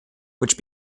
which